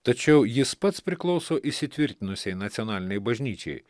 tačiau jis pats priklauso įsitvirtinusiai nacionalinei bažnyčiai